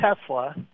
Tesla